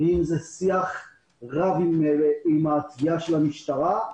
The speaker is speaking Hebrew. שיח עם התביעה של המשטרה.